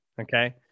Okay